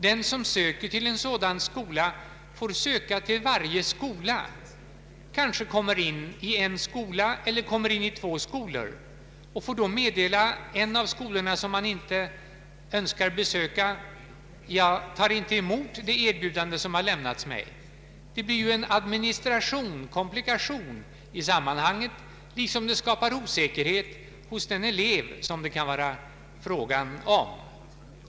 Den som önskar sådan utbildning får söka till varje skola. Han kommer kanske in i en eller två skolor och får då meddela den av skolorna som han inte önskar besöka att han inte tar emot det erbjudande som lämnas. Det blir en komplikation i administrationen liksom det skapar osäkerhet hos vederbörande elev.